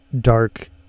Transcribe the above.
dark